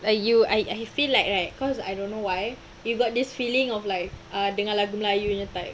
uh you I I feel like right cause I don't know why you've got this feeling of like dengar lagu melayu punya type